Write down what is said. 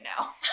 now